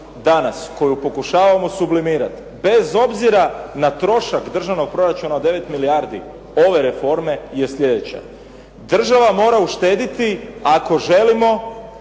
danas koju pokušavamo sublimirati bez obzira na trošak državnog proračuna od 9 milijardi ove reforme je slijedeća. Država mora uštediti ako želimo